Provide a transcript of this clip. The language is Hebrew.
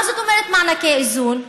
מה זאת אומרת מענקי איזון?